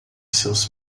seus